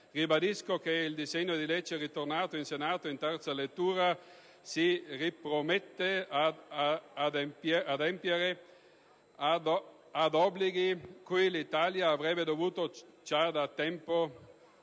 Ribadisco che il disegno di legge ritornato in Senato in terza lettura si ripromette di adempiere ad obblighi cui l'Italia avrebbe dovuto già da tempo